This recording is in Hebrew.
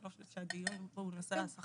אני לא חושבת שהדיון פה הוא בנושא השכר.